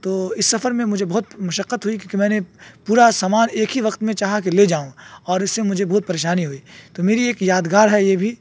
تو اس سفر میں مجھے بہت مشقت ہوئی کیونکہ میں نے پورا سامان ایک ہی وقت میں چاہا کہ لے جاؤں اور اس سے مجھے بہت پریشانی ہوئی تو میری ایک یادگار ہے یہ بھی